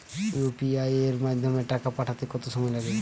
UPI এর মাধ্যমে টাকা পাঠাতে কত সময় লাগে?